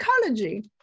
psychology